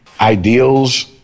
ideals